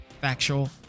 factual